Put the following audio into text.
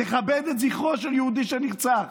תכבד את זכרו של יהודי שנרצח.